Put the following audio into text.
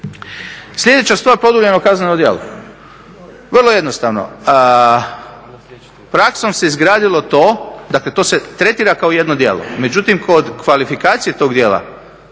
Sljedeća stvar, produljeno kazneno djelo. Vrlo jednostavno. Praksom se izgradilo to, dakle to se tretira kao jedno djelo, međutim kod kvalifikacije tog djela